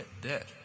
debt